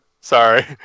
Sorry